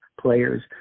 players